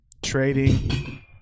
Trading